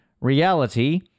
Reality